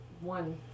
one